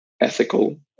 ethical